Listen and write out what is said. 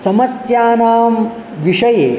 समस्यानां विषये